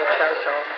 social